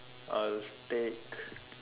I'll take